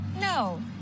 No